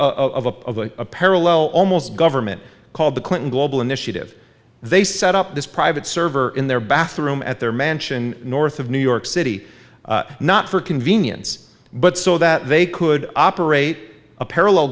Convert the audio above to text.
the of a of a parallel almost government called the clinton global initiative they set up this private server in their bathroom at their mansion north of new york city not for convenience but so that they could operate a parallel